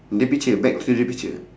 the picture back to the picture